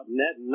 .net